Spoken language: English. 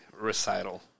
Recital